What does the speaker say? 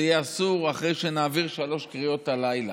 זה יהיה אסור אחרי שנעביר שלוש קריאות הלילה.